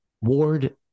Ward